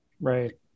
Right